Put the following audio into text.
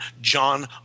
John